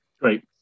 Great